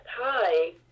Hi